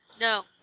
No